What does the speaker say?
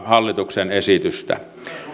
hallituksen esitystä